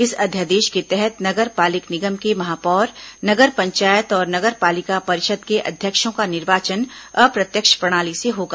इस अध्यादेश के तहत नगर पालिक निगम के महापौर नगर पंचायत और नगर पालिका परिषद के अध्यक्षों का निर्वाचन अप्रत्यक्ष प्रणाली से होगा